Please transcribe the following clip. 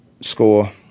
Score